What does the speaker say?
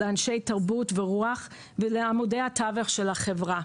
לאנשי תרבות ורוח ולעמודי התווך של החברה.